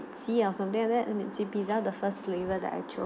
see or something like that let me see pizza the first flavor the actual